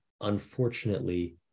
Unfortunately